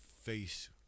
face